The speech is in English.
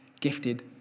gifted